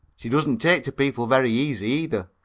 she doesn't take to people very easy, either.